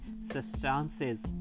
substances